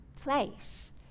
place